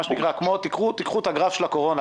קחו את הגרף של הקורונה.